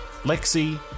Lexi